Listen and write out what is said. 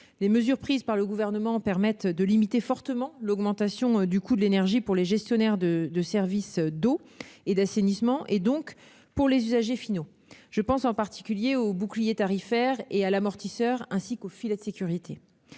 Les mesures prises par le Gouvernement permettent de limiter fortement l'augmentation du coût de l'énergie pour les gestionnaires de services d'eau et d'assainissement, donc pour les usagers finaux. Je pense en particulier au bouclier tarifaire et à l'amortisseur, ainsi qu'au filet de sécurité.